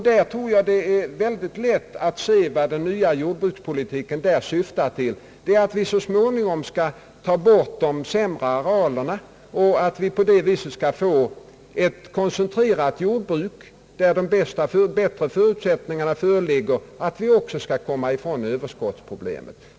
Jag tror att det är lätt att se vad den nya jordbrukspolitiken syftar till i detta avseende, nämligen att vi så småningom skall ta bort de sämre arealerna för att på det sättet få ett jordbruk, som ger bättre förutsättningar för att vi också skall komma ifrån Ööverskottsproblemet.